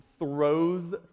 throws